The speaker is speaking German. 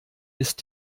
ist